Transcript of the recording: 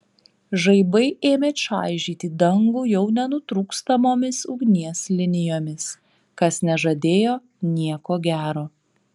žaibai ėmė čaižyti dangų jau nenutrūkstamomis ugnies linijomis kas nežadėjo nieko gero